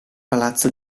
palazzo